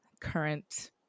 current